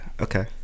Okay